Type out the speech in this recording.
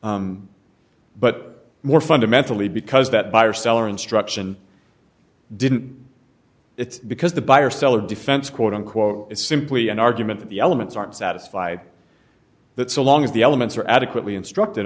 but more fundamentally because that buyer seller instruction didn't it's because the buyer seller defense quote unquote is simply an argument that the elements aren't satisfied that so long as the elements are adequately instructed